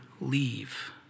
leave